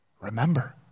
remember